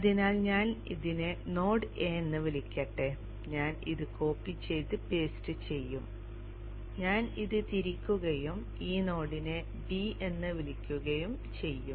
അതിനാൽ ഞാൻ ഇതിനെ നോഡ് എ എന്ന് വിളിക്കട്ടെ ഞാൻ ഇത് കോപ്പി ചെയ്തു പേസ്റ്റ് ചെയ്യും ഞാൻ ഇത് തിരിക്കുകയും ഈ നോഡിനെ ബി എന്ന് വിളിക്കുകയും ചെയ്യും